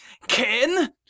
Ken